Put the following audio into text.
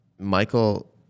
Michael